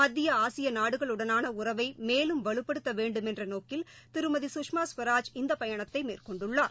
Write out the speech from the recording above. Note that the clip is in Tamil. மத்திய ஆசிய நாடுகளுடனான உறவை மேலும் வலுப்படுத்த வேண்டும் என்ற நோக்கில் திருமதி சுஷ்மா சுவராஜ் இந்த பயணத்தை மேற்கொண்டுள்ளார்